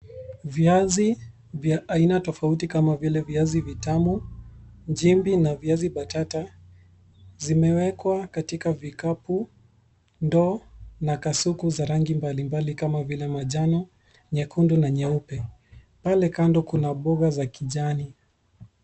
Viazi kwa aina tofauti kama vile viazi vitamu, jimbi na viazi batata, zimewekwa katika vikapu, ndoo na kasuku za rangi mbali mbali kama vile majano, nyekundu na nyeupe. Pale kando kuna mboga za kijani.